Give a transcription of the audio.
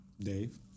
Dave